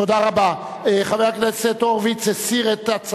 בעד, 31, אין מתנגדים ואין נמנעים.